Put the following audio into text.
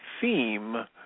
theme